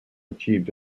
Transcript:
achieved